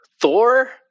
Thor